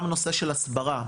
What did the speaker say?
גם בנושא של הסברה.